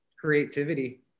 creativity